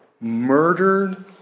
murdered